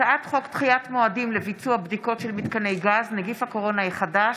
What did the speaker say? הצעת חוק דחיית מועדים לביצוע בדיקות של מתקני גז (נגיף הקורונה החדש)